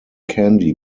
candy